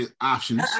options